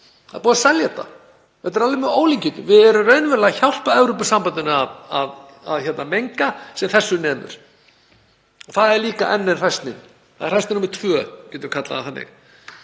Það er búið að selja þetta. Þetta er alveg með ólíkindum. Við erum raunverulega að hjálpa Evrópusambandinu að menga sem þessu nemur. Það er líka enn ein hræsnin. Það er hræsni nr. 2, við getum kallað það þannig.